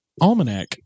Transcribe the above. almanac